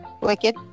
Wicked